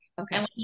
okay